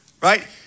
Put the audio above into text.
Right